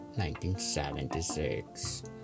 1976